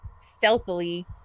Stealthily